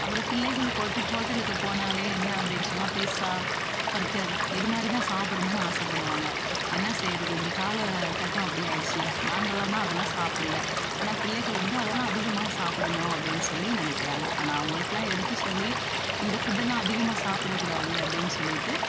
அப்புறோம் பிள்ளைகளுக்கு ஹோட்டு ஹோட்டலுக்கு போனால் என்ன அப்படின் சொன்னா பீஸா பர்கர் இது மாதிரி தான் சாப்பிடுணுனு ஆசைப்படுவாங்க என்னா செய்யறது இந்த கால கட்டம் அப்படி ஆகிடுச்சுல நாங்கெல்லாம் தான் அதெல்லாம் சாப்பிட்ல ஆனால் பிள்ளைகள் வந்து அதெல்லாம் அதிகமாக சாப்பிடணும் அப்படின் சொல்லி நினைக்கிறாங்க ஆனால் அவங்களுக்குலாம் எடுத்து சொல்லி இந்த ஃபுட்டெல்லாம் அதிகமாக சாப்பிடக்கூடாது அப்படின் சொல்லிட்டு